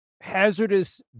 hazardous